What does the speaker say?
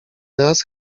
nas